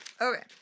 Okay